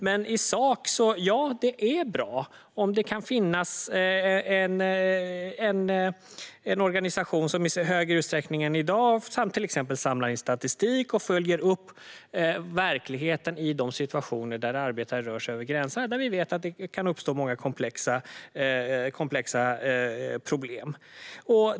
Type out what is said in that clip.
Men i sak är det bra om det finns en organisation som i högre utsträckning än i dag till exempel samlar in statistik och följer upp verkligheten i de situationer där arbetare rör sig över gränserna och där vi vet att det kan uppstå många komplexa problem.